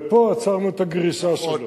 ופה עצרנו את הגריסה שלו.